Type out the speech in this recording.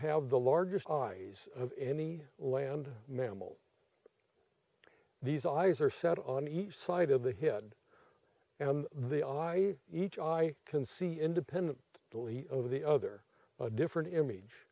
have the largest eyes of any land mammal these eyes are set on each side of the head and the eye each eye can see independent really of the other a different image